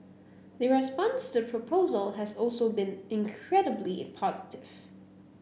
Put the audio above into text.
the response to the proposal has also been incredibly positive